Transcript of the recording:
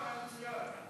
אופיר,